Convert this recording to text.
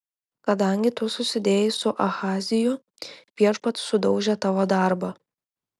kadangi tu susidėjai su ahaziju viešpats sudaužė tavo darbą